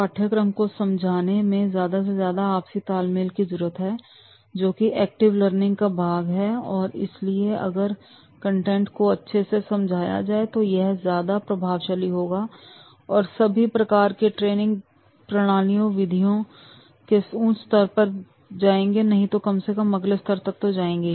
पाठ्यक्रम को समझाने में ज्यादा से ज्यादा आपसी तालमेल की जरूरत है जोकि एक्टिव लर्निंग का भाग है और इसलिए अगर कंटेंट को अच्छे से समझाया जाए तो यह ज़्यादा प्रभावशाली होगा और सभी प्रकार के ट्रेनिंग प्रणालियां विधि उच्च स्तर पर जाएंगे नहीं तो कम से कम अगले स्तर तक तो जाएंगे